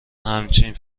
همچین